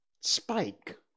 spike